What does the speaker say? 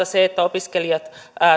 se että opiskelijat